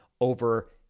over